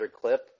clip